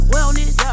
Wellness